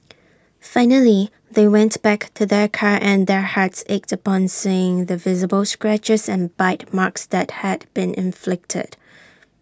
finally they went back to their car and their hearts ached upon seeing the visible scratches and bite marks that had been inflicted